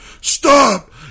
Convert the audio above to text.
stop